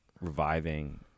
reviving